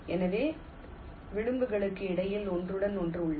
எனவே வரம்புகளுக்கு இடையில் ஒன்றுடன் ஒன்று உள்ளது